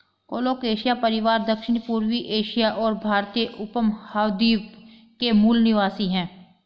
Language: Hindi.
कोलोकेशिया परिवार दक्षिणपूर्वी एशिया और भारतीय उपमहाद्वीप के मूल निवासी है